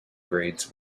grades